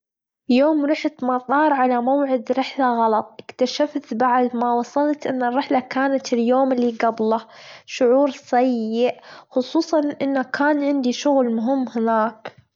يوم رحت مطار على موعد رحلة غلط أكتشفت بعد ما وصلت أن الرحلة كانت اليوم اللي جبله شعور سئ خصوصًا أن كان عندي شغل مهم هناك.